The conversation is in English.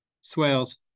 Swales